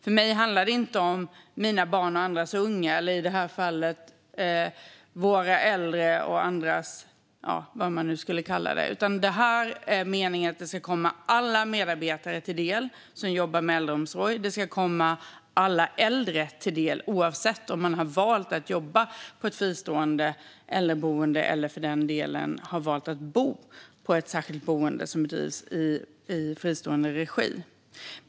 För mig handlar det inte om mina barn och andras ungar, eller i det här fallet våra äldre och andras - ja, vad man nu skulle kalla det. Meningen är att detta ska komma alla medarbetare till del som jobbar med äldreomsorg. Det ska komma alla äldre till del oavsett om man valt att jobba på ett fristående äldreboende eller för del delen valt att bo på ett särskilt boende som drivs i fristående regi.